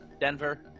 Denver